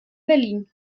berlin